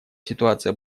ситуация